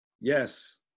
Yes